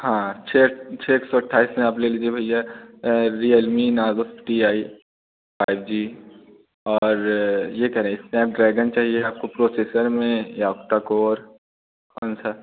हाँ हाँ छः छः एक सौ अट्ठाईस में आप ले लीजिए भैया Realme Narzo fifty i five G और यह करें स्नैपड्रैगन चाहिए आपको प्रोसेसर में या आक्टा कोर कौन सा